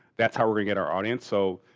that's how we're gonna get our audience. so,